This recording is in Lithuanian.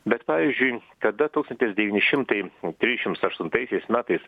bet pavyzdžiui kada tūkstantis devyni šimtai trisdešimts aštuntaisiais metais